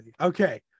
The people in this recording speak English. Okay